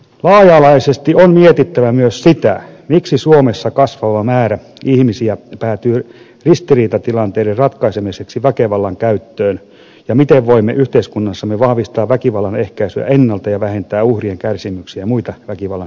laaja alaisesti on mietittävä myös sitä miksi suomessa kasvava määrä ihmisiä päätyy ristiriitatilanteiden ratkaisemiseksi väkivallan käyttöön ja miten voimme yhteiskunnassamme vahvistaa väkivallan ehkäisyä ennalta ja vähentää uhrien kärsimyksiä ja muita väkivallan seurauksia